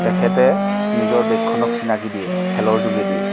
তেখেতে নিজৰ দেশখনক চিনাকি দিয়ে খেলৰ যোগেদিয়ে